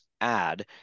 add